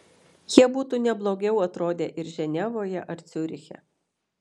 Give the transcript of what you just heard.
jie būtų ne blogiau atrodę ir ženevoje ar ciuriche